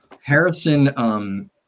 Harrison